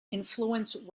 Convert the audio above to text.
influenced